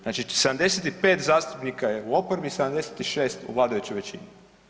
Znači 75 zastupnika je oporbi, 76 u vladajućoj većini.